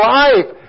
life